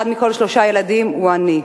אחד מכל שלושה ילדים הוא עני.